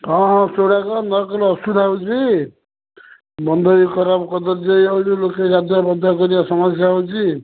ହଁ ହଁ ସେଗୁଡ଼ାକ ନ କଲେ ଅସୁବିଧା ହେଉଛି ବନ୍ଧ ବି ଖରାପ୍ କରି ଦେଉଛି ଲୋକେ ଗାଧୁଆପାଧୁଆ କରିବା ସମସ୍ୟା ହେଉଛି